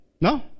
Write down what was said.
No